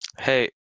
Hey